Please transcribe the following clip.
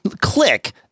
click